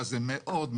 תן להם שם